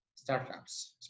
startups